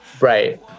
right